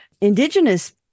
indigenous